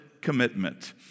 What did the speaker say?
commitment